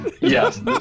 Yes